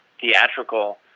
theatrical